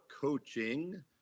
coaching